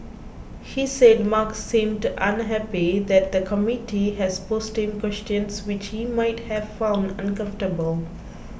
he said Mark seemed unhappy that the committee has posed to him questions which he might have found uncomfortable